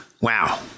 Wow